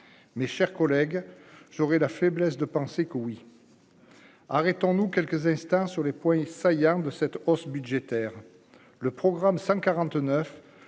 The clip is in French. mes chers collègues, j'aurai la faiblesse de penser que oui, arrêtons-nous quelques instants sur les points saillants de cette hausse budgétaire le programme 149